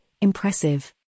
impressive